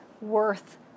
worth